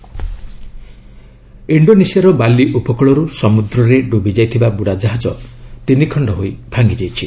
Indonesia submarine ଇଣ୍ଡୋନେସିଆର Bali ଉପକୂଳରୁ ସମୁଦ୍ରରେ ଡୁବିଯାଇଥିବା ବୁଡ଼ା ଜାହାଜ ତିନି ଖଣ୍ଡ ହୋଇ ଭାଙ୍ଗିଯାଇଛି